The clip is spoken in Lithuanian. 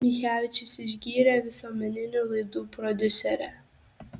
michevičius išgyrė visuomeninių laidų prodiuserę